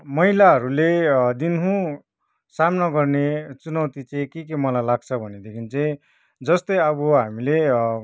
महिलाहरूले दिनहुँ सामना गर्ने चुनौती चाहिँ के के मलाई लाग्छ भनेदेखि चाहिँ जस्तै अब हामीले